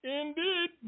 Indeed